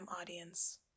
audience